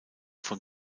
von